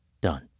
done